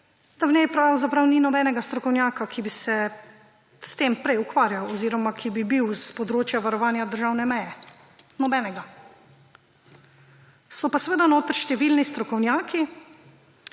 da v njej pravzaprav ni nobenega strokovnjaka, ki bi se s tem prej ukvarjal oziroma ki bi bil s področja varovanja državne meje. Nobenega. So pa seveda notri številni strokovnjaki,